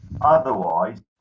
Otherwise